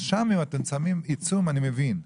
אם שם אתם שמים עיצום אני מבין,